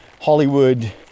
Hollywood